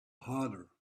harder